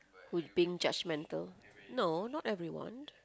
who'd being judgemental no not everyone